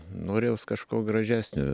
norėjos kažko gražesnio